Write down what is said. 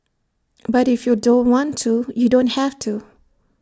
but if you don't want to you don't have to